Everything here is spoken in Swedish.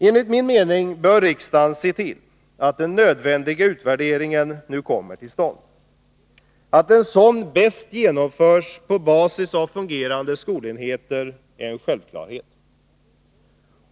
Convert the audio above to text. Enligt min mening bör riksdagen se till att den nödvändiga utvärderingen nu kommer till stånd. Att en sådan bäst genomförs på basis av fungerande skolenheter är en självklarhet.